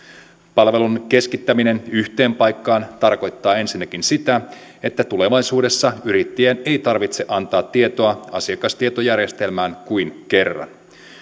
palvelun keskittäminen yhteen paikkaan tarkoittaa ensinnäkin sitä että tulevaisuudessa yrittäjien ei tarvitse antaa tietoja asiakastietojärjestelmään kuin kerran